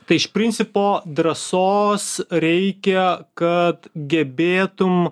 tai iš principo drąsos reikia kad gebėtum